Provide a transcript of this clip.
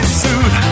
suit